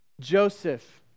Joseph